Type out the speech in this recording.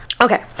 okay